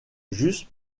juste